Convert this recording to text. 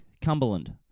Cumberland